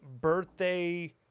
birthday